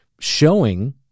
showing